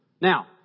Now